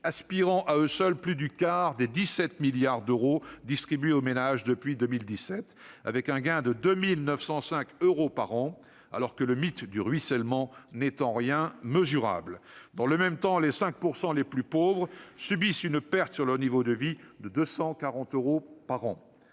aspirant à eux seuls plus du quart des 17 milliards d'euros distribués aux ménages depuis 2017, avec un gain de 2 905 euros par an, alors que le mythe du ruissellement n'est en rien mesurable. Dans le même temps, les 5 % les plus pauvres subissent une perte pour ce qui concerne leur niveau de vie de 240 euros par an.